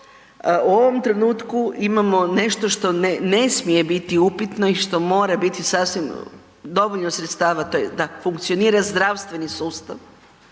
u ovom trenutku imamo nešto što ne smije biti upitno i što mora biti sasvim dovoljno sredstava da funkcionira zdravstveni sustav.